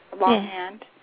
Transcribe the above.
longhand